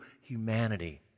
humanity